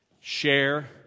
share